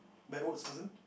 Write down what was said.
backwards person